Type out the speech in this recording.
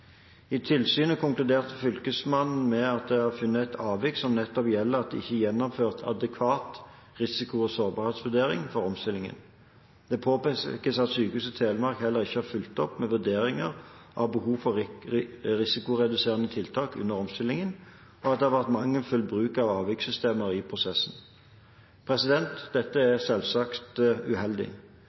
I tilsynet konkluderte fylkesmannen med at det er funnet avvik som nettopp gjelder at det ikke er gjennomført adekvat risiko- og sårbarhetsvurdering for omstillingen. Det påpekes at Sykehuset Telemark heller ikke har fulgt opp med vurderinger av behov for risikoreduserende tiltak under omstillingen, og at det har vært mangelfull bruk av avvikssystemer i prosessen. Dette er selvsagt uheldig.